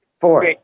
four